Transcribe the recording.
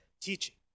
teaching